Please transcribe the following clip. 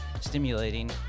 stimulating